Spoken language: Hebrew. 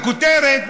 בכותרת,